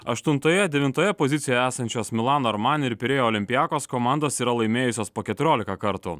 aštuntoje devintoje pozicijoje esančios milano armani ir pirėjo olimpiakos komandos yra laimėjusios po keturiolika kartų